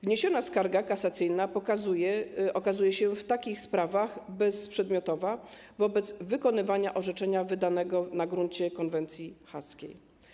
Wniesiona skarga kasacyjna okazuje się w takich sprawach bezprzedmiotowa wobec wykonywania orzeczenia wydanego na gruncie konwencji haskiej.